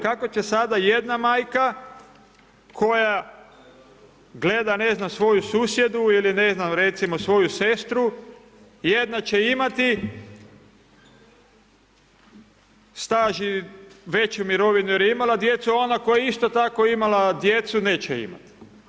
Kako će sada jedna majka koja gleda ne znam svoju susjedu ili ne znam recimo svoju sestru, jedna će imati staž i veću mirovinu jer je imala djecu a ona koja je isto tako imala djecu neće imati?